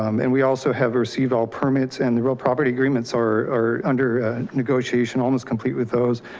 um and we also have received all permits and the real property agreements are under negotiation, almost complete with those.